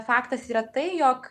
faktas yra tai jog